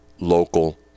local